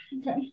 Okay